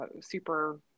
super